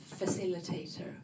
facilitator